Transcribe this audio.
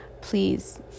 please